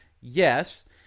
Yes